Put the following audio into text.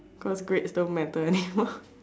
cause grades don't matter anymore